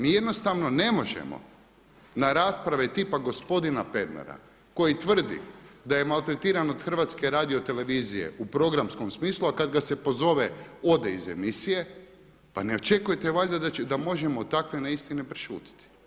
Mi jednostavno ne možemo na rasprave tipa gospodina Pernara koji tvrdi da je maltretiran od HRT u programskom smislu, a kada ga se pozove ode iz emisije, pa ne očekujete valjda da možemo takve neistine prešutiti.